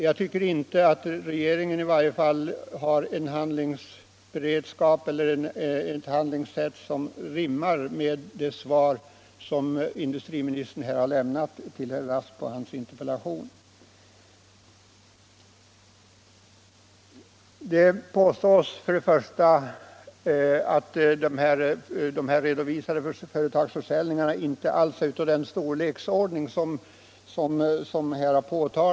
Jag tycker inte att regeringens handlingssätt rimmar med det svar som industriministern har lämnat på herr Rasks interpellation. Det sägs i svaret att de redovisade företagsförsäljningarna inte alls är av den storlek som här har påståtts.